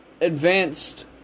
advanced